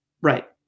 Right